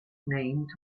named